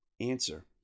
Answer